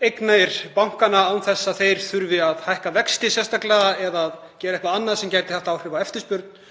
eignir bankanna án þess að þeir þurfi að hækka vexti sérstaklega eða gera eitthvað annað sem gæti haft áhrif á eftirspurn.